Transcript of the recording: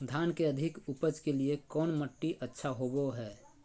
धान के अधिक उपज के लिऐ कौन मट्टी अच्छा होबो है?